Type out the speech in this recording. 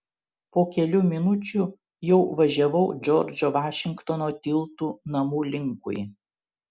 po kelių minučių jau važiavau džordžo vašingtono tiltu namų linkui